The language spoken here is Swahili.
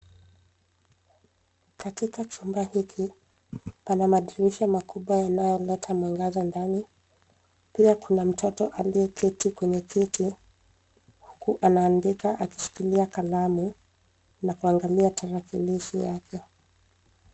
Katika chumba hiki pana madirisha makubwa yanayoleta mwangaza ndani. Pia kuna mtoto aliyeketi kwenye kiti huku anaandika akishikilia kalamu na kuangalia taralkilishi yake.